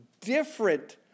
different